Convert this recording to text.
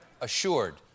assured